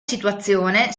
situazione